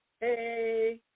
hey